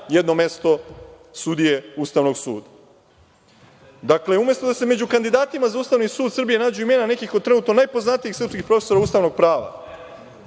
jedno mesto sudije Ustavnog suda. Dakle, umesto da se među kandidatima za Ustavni sud Srbije nađu imana nekih od trenutno najpoznatijih srpskih profesora ustavnog prava,